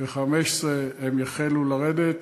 ב-2015 הם יחלו לרדת,